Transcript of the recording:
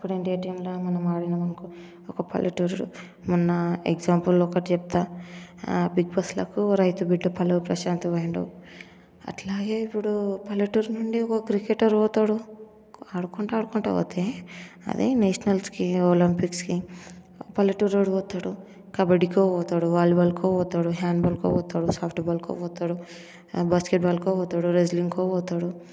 ఇప్పుడు ఇండియన్ టీంలో మనం ఆడినామనుకో ఒక పల్లెటూరులో ఉన్న ఎగ్జాంపుల్ ఒకటి చెప్తా బిగ్బాస్లో రైతు బిడ్డ పల్లవి ప్రశాంత్ పోయిండు అట్లాగే ఇప్పుడు పల్లెటూరులో నుండి ఒక క్రికెటర్ పోతాడు ఆడుకుంటా ఆడుకుంటా పోతే అది నేషనల్స్కి ఒలంపిక్స్కి పల్లెటూరు వాడు పోతాడు కబడ్డీకో పోతాడు వాలీబాల్కో పోతాడు హ్యాండ్ బాల్కో పోతాడు సాఫ్ట్ బాల్కో పోతాడు బాస్కెట్బాల్కో పోతాడు రెజ్లింగ్కో పోతాడు